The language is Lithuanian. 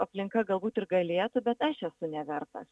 aplinka galbūt ir galėtų bet aš esu nevertas